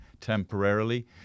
temporarily